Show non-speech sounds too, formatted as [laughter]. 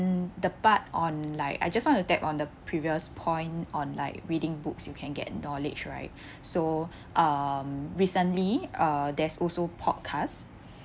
the part on like I just want to tap on the previous point on like reading books you can get knowledge right [breath] so um recently uh there's also podcast